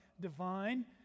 divine